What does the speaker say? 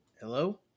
Hello